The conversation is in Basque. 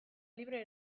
libre